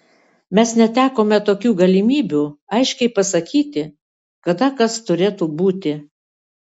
mes netekome tokių galimybių aiškiai pasakyti kada kas turėtų būti